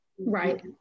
Right